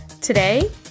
Today